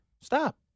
Stop